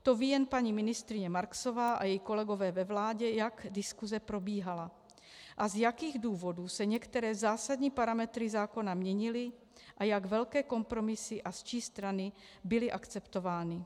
To ví jen paní ministryně Marksová a její kolegové ve vládě, jak diskuse probíhala a z jakých důvodů se některé zásadní parametry zákona měnily a jak velké kompromisy a z čí strany byly akceptovány.